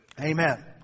Amen